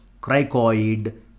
cricoid